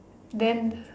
then